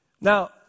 Now